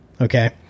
okay